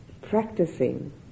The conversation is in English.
practicing